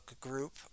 group